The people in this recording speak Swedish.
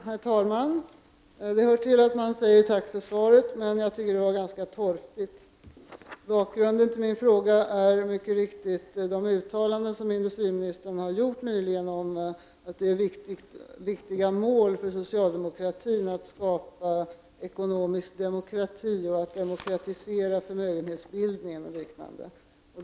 Herr talman! Det hör till att man säger tack för svaret, men jag tycker att det var ganska torftigt. Bakgrunden till min fråga är mycket riktigt de uttalanden som industriministern har gjort nyligen om att det är viktiga mål för socialdemokratin att skapa ekonomisk demokrati, att demokratisera förmögenhetsbildningen och liknande.